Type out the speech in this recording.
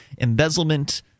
embezzlement